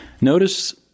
Notice